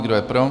Kdo je pro?